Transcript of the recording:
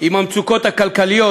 עם המצוקות הכלכליות,